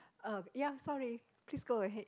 uh ya sorry please go ahead